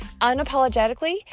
unapologetically